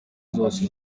zose